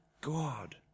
God